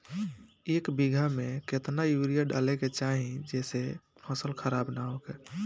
एक बीघा में केतना यूरिया डाले के चाहि जेसे फसल खराब ना होख?